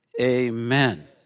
Amen